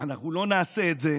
אנחנו לא נעשה את זה,